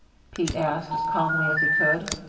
pete asked, as calmly as he could.